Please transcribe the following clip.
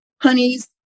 honeys